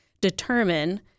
determine